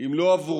אם לא בעבורכם,